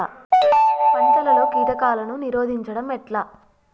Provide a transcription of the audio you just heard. పంటలలో కీటకాలను నిరోధించడం ఎట్లా?